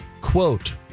quote